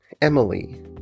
Emily